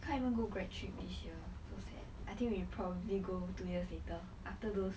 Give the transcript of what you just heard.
can't even go grad trip this year so sad I think we probably go two years later after those